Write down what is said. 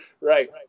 Right